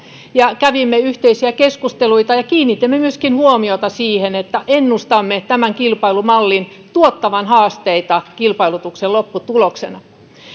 ja kävimme yhteisiä keskusteluita ja kiinnitimme huomiota myöskin siihen että ennustamme tämän kilpailumallin tuottavan haasteita kilpailutuksen lopputuloksena